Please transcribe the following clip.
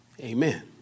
Amen